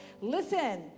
Listen